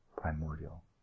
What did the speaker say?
primordial